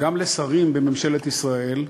גם לשרים בממשלת ישראל,